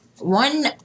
One